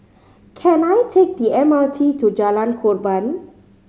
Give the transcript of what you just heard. can I take the M R T to Jalan Korban